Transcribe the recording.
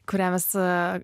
kurią vis